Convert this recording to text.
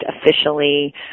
officially